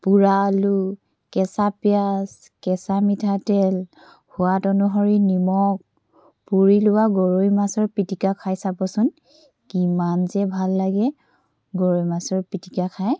পোৰা আলু কেঁচা পিঁয়াজ কেঁচা মিঠাতেল সোৱাদ অনুসৰি নিমখ পুৰি লোৱা গৰৈ মাছৰ পিটিকা খাই চাবচোন কিমান যে ভাল লাগে গৰৈ মাছৰ পিটিকা খাই